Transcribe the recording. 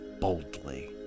boldly